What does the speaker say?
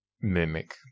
mimic